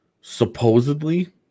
supposedly